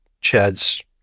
Chad's